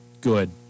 good